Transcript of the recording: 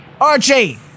Archie